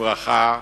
בברכה